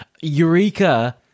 Eureka